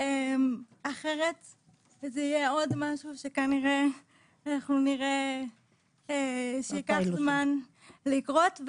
אחרת זה יהיה עוד משהו שכנראה נראה שייקח לו זמן לקרות.